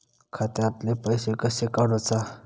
खात्यातले पैसे कशे काडूचा?